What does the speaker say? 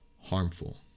harmful